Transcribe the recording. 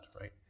right